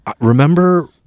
remember